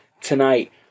tonight